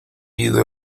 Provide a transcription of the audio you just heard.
ido